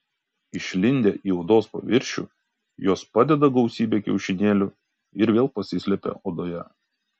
išlindę į odos paviršių jos padeda gausybę kiaušinėlių ir vėl pasislepia odoje